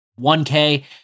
1k